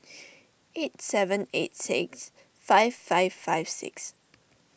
eight seven eight six five five five six